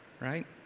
right